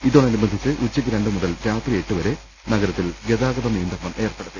ഇതോടനുബന്ധിച്ച് ഉച്ചയ്ക്ക് രണ്ട് മുതൽ രാത്രി എട്ടുവരെ നഗരത്തിൽ ഗതാഗത നിയന്ത്രണം ഏർപ്പെടുത്തി